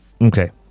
Okay